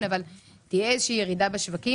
אבל תהיה ירידה בשווקים.